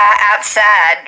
outside